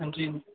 हां जी